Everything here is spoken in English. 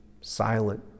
silent